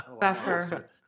Buffer